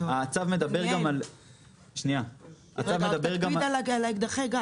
הצו מדבר גם --- תקפיד על אקדחי גז,